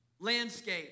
landscape